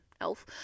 Elf